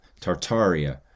Tartaria